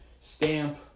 stamp